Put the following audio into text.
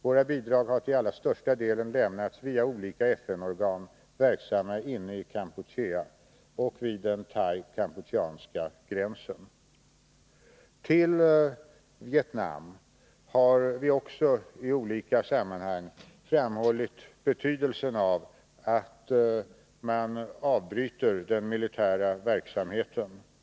Våra bidrag har till allra största delen lämnats via olika FN-organ, verksamma inne i Kampuchea och vid gränsen mellan Thailand och Kampuchea. För Vietnam har vi också i olika sammanhang framhållit betydelsen av att man där avbryter den militära verksamheten.